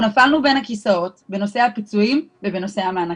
אנחנו נפלנו בין הכיסאות בנושא הפיצויים ובנושא המענקים,